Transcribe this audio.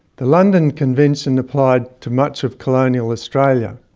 the london convention applied to much of colonial australia.